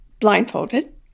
blindfolded